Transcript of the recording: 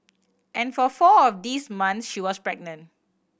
and for four of these months she was pregnant